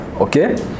Okay